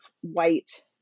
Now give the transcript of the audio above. white